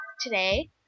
today